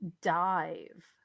dive